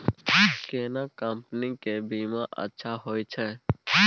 केना कंपनी के बीमा अच्छा होय छै?